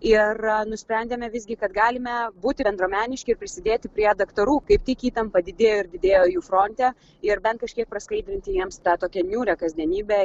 ir nusprendėme visgi kad galime būti bendruomeniški ir prisidėti prie daktarų kaip tik įtampa didėjo ir didėjo jų fronte ir bent kažkiek praskaidrinti jiems tą tokią niūrią kasdienybę